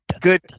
Good